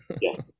yes